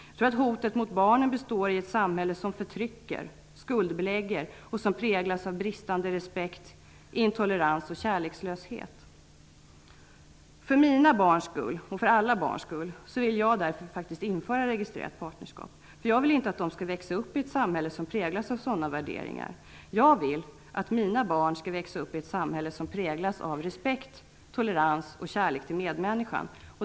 Jag tror att hotet mot barnen består i ett samhälle som förtrycker, skuldbelägger och som präglas av bristande respekt, intolerans och kärlekslöshet. För mina barns skull, för alla barns skull, vill jag därför införa registrerat partnerskap. Jag vill inte att de skall växa upp i ett samhälle som präglas av sådana värderingar som en del gett uttryck för. Jag vill att mina barn skall växa upp i ett samhälle som präglas av respekt, tolerans och kärlek till medmänniskan.